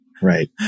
Right